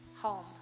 home